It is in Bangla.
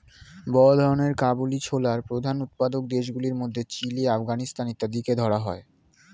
বড় ধরনের কাবুলি ছোলার প্রধান উৎপাদক দেশগুলির মধ্যে চিলি, আফগানিস্তান ইত্যাদিকে ধরা হয়